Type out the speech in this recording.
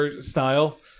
style